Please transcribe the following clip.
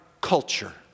culture